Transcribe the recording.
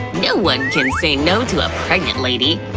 no one can say no to a pregnant lady!